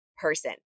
person